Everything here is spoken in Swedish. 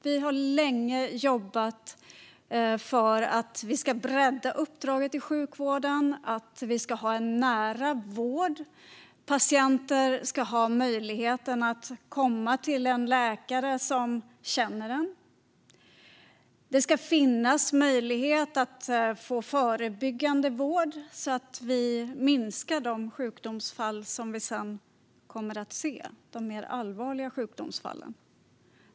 Vi har länge jobbat för att bredda uppdraget till sjukvården och för en nära vård. Patienter ska ha möjlighet att komma till en läkare som känner dem. Det ska finnas möjlighet att få förebyggande vård så att vi minskar de mer allvarliga sjukdomsfall som vi sedan kommer att se.